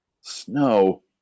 snow